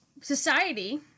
society